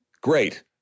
Great